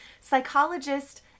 Psychologist